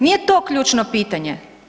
Nije to ključno pitanje.